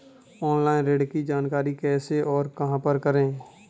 Online ऋण की जानकारी कैसे और कहां पर करें?